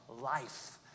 life